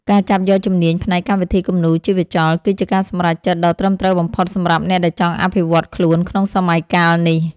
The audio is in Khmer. ការចាប់យកជំនាញផ្នែកកម្មវិធីគំនូរជីវចលគឺជាការសម្រេចចិត្តដ៏ត្រឹមត្រូវបំផុតសម្រាប់អ្នកដែលចង់អភិវឌ្ឍខ្លួនក្នុងសម័យកាលនេះ។